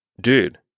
dude